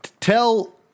tell